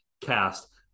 cast